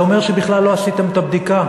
זה אומר שבכלל לא עשיתם את הבדיקה.